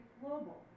global